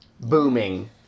booming